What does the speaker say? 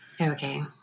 Okay